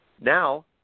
Now